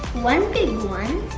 one big one.